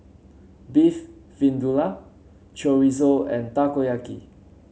Beef Vindaloo Chorizo and Takoyaki